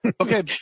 Okay